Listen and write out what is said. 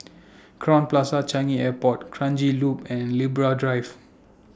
Crowne Plaza Changi Airport Kranji Loop and Libra Drive